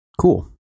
Cool